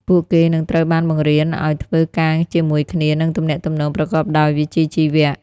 ពួកគេនឹងត្រូវបានបង្រៀនឱ្យធ្វើការជាមួយគ្នានិងទំនាក់ទំនងប្រកបដោយវិជ្ជាជីវៈ។